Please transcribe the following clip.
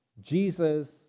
Jesus